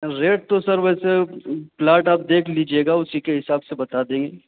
rate تو sir ویسے plot آپ دیکھ لیجیے گا اسی کے حساب سے بتا دیں گے